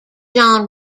john